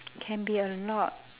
can be a lot